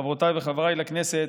חברותיי וחבריי לכנסת,